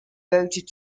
devoted